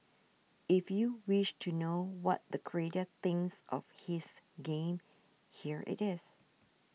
if you wish to know what the creator thinks of his game here it is